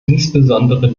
insbesondere